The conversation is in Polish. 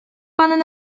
pan